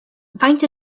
faint